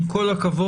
עם כל הכבוד,